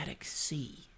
sea